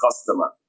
customer